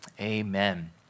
amen